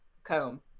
comb